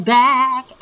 back